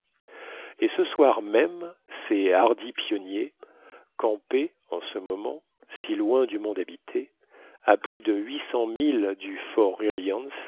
et ce soir même ces hardis pionniers campés en ce moment si loin du monde habité à plus de huit cents milles du fortreliance